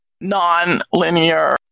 non-linear